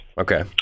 Okay